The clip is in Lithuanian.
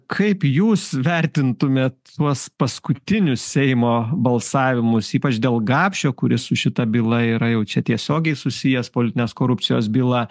kaip jūs vertintumėt tuos paskutinius seimo balsavimus ypač dėl gapšio kuris su šita byla yra jau čia tiesiogiai susijęs politinės korupcijos byla